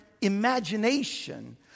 imagination